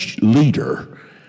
leader